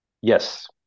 Yes